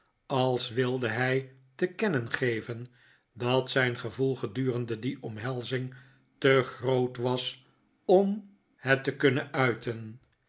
als wilde hij te kennen geven dat zijn gevoel gedurende die omhelzing te groot was om het te kun nen uiten